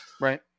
Right